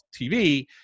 TV